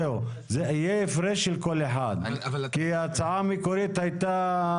זה יהיה הפרש של קול אחד כי ההצעה המקורית הייתה